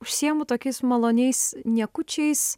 užsiimu tokiais maloniais niekučiais